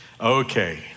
Okay